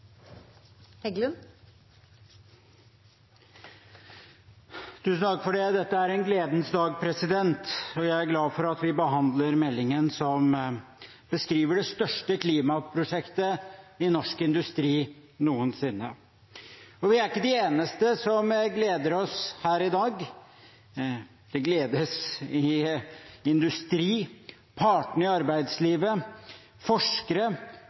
Dette er en gledens dag. Jeg er glad for at vi behandler meldingen som beskriver det største klimaprosjektet i norsk industri noensinne. Vi er ikke de eneste som gleder oss her i dag. Det er glede hos industri, partene i arbeidslivet, forskere,